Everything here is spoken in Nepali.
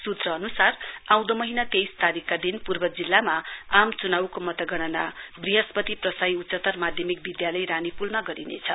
सूत्र अनुसार आउदो महीना तेइस तारीकका दिन पूर्व जिल्लामा आम चुनाउको मतगणना वृहस्पति प्रसाई उच्चतर माध्यमिक विद्यालय रानीपूलमा गरिनेछ